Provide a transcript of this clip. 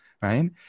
right